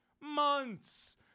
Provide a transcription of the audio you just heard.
Months